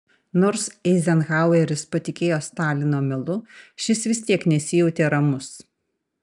nors eizenhaueris patikėjo stalino melu šis vis tiek nesijautė ramus